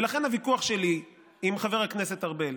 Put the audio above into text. ולכן הוויכוח שלי עם חבר הכנסת ארבל,